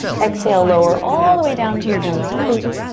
exhale, lower all the way down to your belly. hi benji.